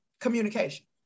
communication